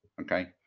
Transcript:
Okay